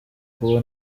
kuba